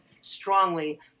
strongly